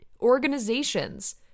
organizations